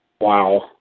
Wow